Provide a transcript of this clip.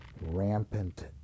rampant